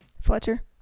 Fletcher